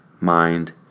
mind